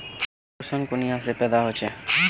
पोषण कुनियाँ से पैदा होचे?